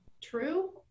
true